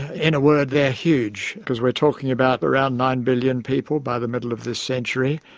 in a word they're huge, because we're talking about around nine billion people by the middle of this century,